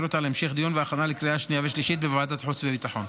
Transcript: אותה להמשך דיון והכנה לקריאה שנייה ושלישית בוועדת החוץ והביטחון.